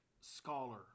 scholar